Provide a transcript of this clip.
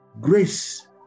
Grace